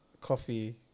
coffee